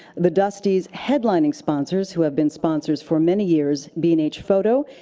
the dustys' headlining sponsors, who have been sponsors for many years, b and h photo,